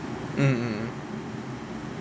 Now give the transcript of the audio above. mm mm mm